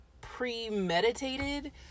premeditated